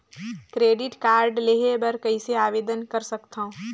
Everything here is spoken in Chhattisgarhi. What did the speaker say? क्रेडिट कारड लेहे बर कइसे आवेदन कर सकथव?